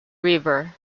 river